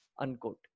unquote